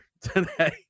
today